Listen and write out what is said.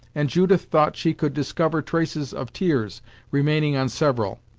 and judith thought she could discover traces of tears remaining on several.